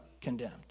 condemned